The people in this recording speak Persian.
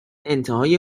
انتهای